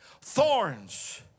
thorns